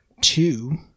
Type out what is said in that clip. two